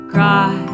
Cry